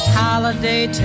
holiday